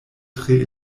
tre